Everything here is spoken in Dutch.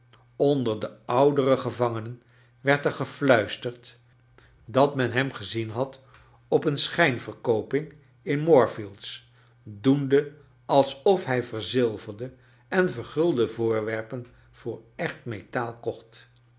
onder de oudere gevangenen werd er gefluisterd dat men hem gezien had op een schijnverkooping in moorfieids doende alsof hij verzilverde en vergulde voorwerpen voor echt metaal kocht